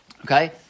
okay